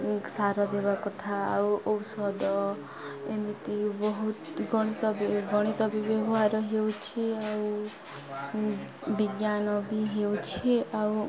ସାର ଦେବା କଥା ଆଉ ଔଷଧ ଏମିତି ବହୁତ ଗଣିତ ବେ ଗଣିତ ବି ବ୍ୟବହାର ହେଉଛି ଆଉ ବିଜ୍ଞାନ ବି ହେଉଛି ଆଉ